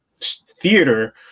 theater